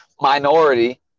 minority